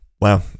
Wow